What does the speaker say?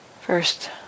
first